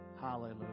Hallelujah